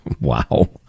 Wow